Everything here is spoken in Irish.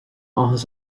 áthas